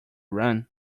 run